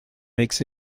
makes